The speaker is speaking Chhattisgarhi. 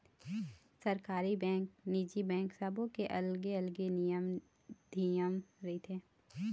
सरकारी बेंक, निजी बेंक सबो के अलगे अलगे नियम धियम रथे